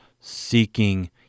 seeking